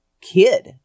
kid